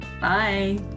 Bye